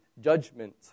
judgment